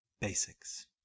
Basics